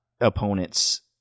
opponents